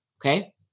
Okay